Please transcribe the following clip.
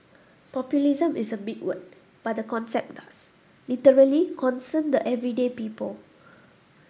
populism is a big word but the concept does literally concern the everyday people